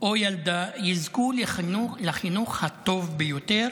או ילדה יזכו לחינוך הטוב ביותר,